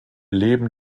leben